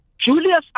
Julius